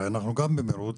הרי אנחנו גם במרוץ,